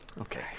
Okay